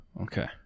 okay